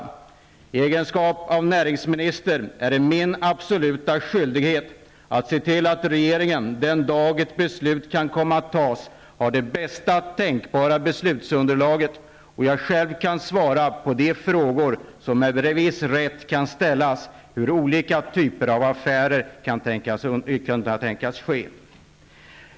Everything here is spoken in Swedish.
I egenskap av näringsminister är det min absoluta skyldighet att se till att regeringen den dag ett beslut kan komma att fattas har det bästa tänkbara beslutsunderlag, och att jag själv kan svara på de frågor som med viss rätt kan ställas om hur olika typer av affärer kan tänkas ske.